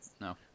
No